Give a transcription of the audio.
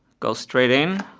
go straight in,